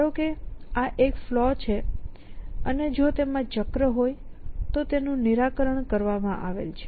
ધારો કે આ એક ફ્લો છે અને જો તેમાં ચક્ર હોય તો તેનું નિરાકરણ કરવામાં આવેલ છે